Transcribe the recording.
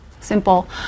simple